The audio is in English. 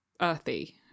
earthy